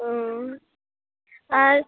ᱩᱢᱢ ᱟᱪ